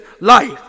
life